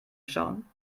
schauen